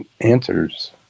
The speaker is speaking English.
answers